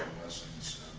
lessons